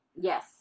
Yes